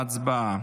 הצבעה.